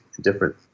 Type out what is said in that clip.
different